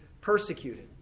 persecuted